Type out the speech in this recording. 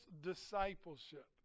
discipleship